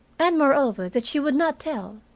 and, moreover, that she would not tell.